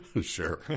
Sure